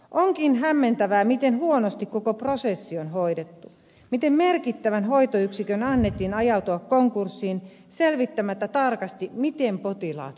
onkin hämmentävää miten huonosti koko prosessi on hoidettu miten merkittävän hoitoyksikön annettiin ajautua konkurssiin selvittämättä tarkasti miten potilaat hoidetaan